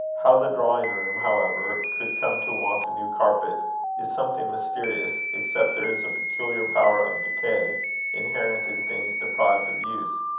how the drawing-room, however, could come to want a new carpet is something mysterious, except there is a peculiar power of decay inherent in things deprived of use.